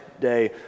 day